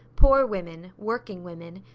poor women, working women.